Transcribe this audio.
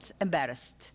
embarrassed